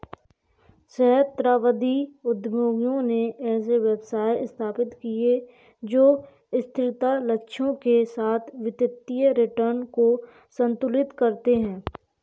सहस्राब्दी उद्यमियों ने ऐसे व्यवसाय स्थापित किए जो स्थिरता लक्ष्यों के साथ वित्तीय रिटर्न को संतुलित करते हैं